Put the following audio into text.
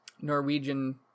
Norwegian